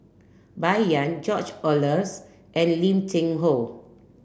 Bai Yan George Oehlers and Lim Cheng Hoe